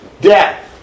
death